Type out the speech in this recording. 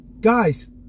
Guys